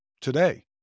today